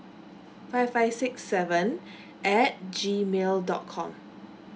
five five six seven at G mail dot com